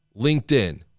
LinkedIn